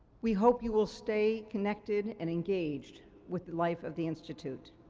we hope you will stay connected and engaged with the life of the institute.